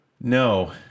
No